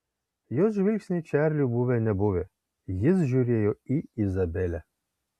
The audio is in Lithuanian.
jos žvilgsniai čarliui buvę nebuvę jis žiūrėjo į izabelę